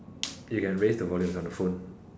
you can raise the volume is on the phone